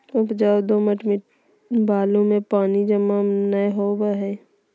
उपजाऊ दोमट भूमि में पानी जमा नै होवई हई